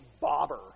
bobber